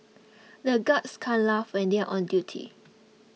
the guards can't laugh when they are on duty